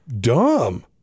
dumb